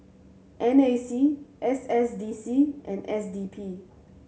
N A C S S D C and S D P